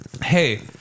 hey